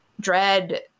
dread